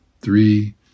three